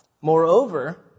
Moreover